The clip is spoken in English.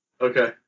Okay